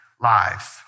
lives